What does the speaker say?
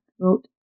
wrote